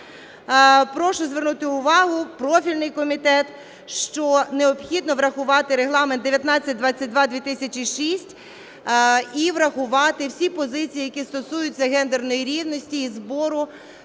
прошу звернути увагу профільний комітет, що необхідно врахувати Регламент 1922/206 і врахувати всі позиції, які стосуються гендерної рівності і збору...